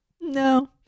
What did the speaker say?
No